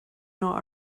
not